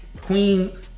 Queen